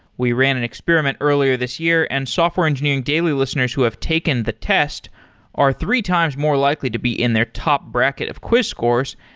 we ran an experiment earlier this year and software engineering daily listeners who have taken the test are three times more likely to be in their top bracket of quiz scores.